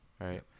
Right